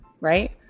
right